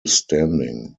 standing